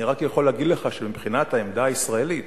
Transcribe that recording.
אני רק יכול להגיד לך שמבחינת העמדה הישראלית